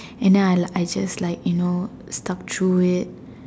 and then I like I just like you know stuck through it